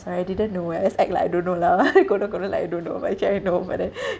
sorry I didn't know eh I just act like I don't know lah konon konon like I don't know but actually I know but then